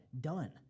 done